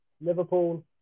Liverpool